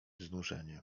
znużenie